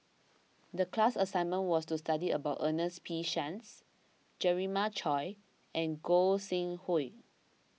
the class assignment was to study about Ernest P Shanks Jeremiah Choy and Gog Sing Hooi